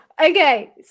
okay